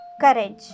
courage